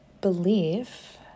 belief